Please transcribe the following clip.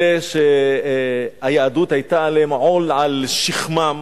אלה שהיהדות היתה עליהם עול על שכמם,